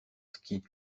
ski